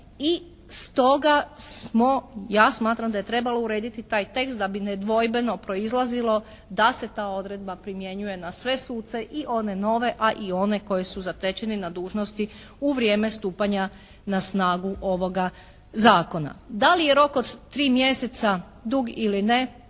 i stoga smo, ja smatram da je trebalo urediti taj tekst da bi nedvojbeno proizlazilo da se ta odredba primjenjuje na sve suce i one nove, a i one koji su zatečeni na dužnosti u vrijeme stupanja na snagu ovoga zakona. Da li je rok od tri mjeseca dug ili ne,